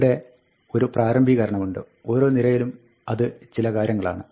ഇവിടെ ഒരു പ്രാരംഭീകരണമുണ്ട് ഓരോ നിരയിലും അത് ചില കാര്യങ്ങളാണ്